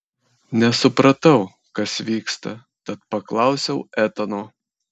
nesupratau kas vyksta tad paklausiau etano